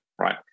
right